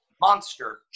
monster